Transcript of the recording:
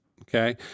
Okay